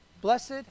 Blessed